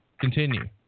Continue